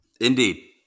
Indeed